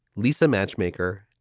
lisa, matchmaker,